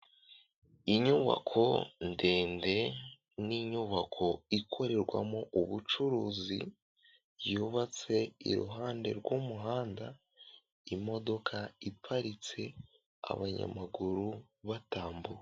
Inyubako ndende n'inyubako ikorerwamo ubucuruzi yubatse iruhande rw'umuhanda. Imodoka iparitse abanyamaguru batambuka.